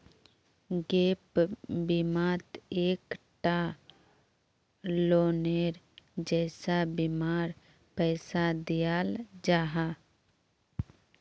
gap बिमात एक टा लोअनेर जैसा बीमार पैसा दियाल जाहा